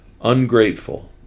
ungrateful